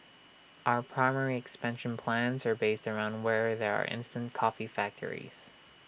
our primary expansion plans are based around where there are instant coffee factories